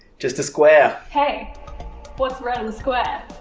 just a square. hey what's red and square?